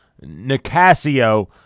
Nicasio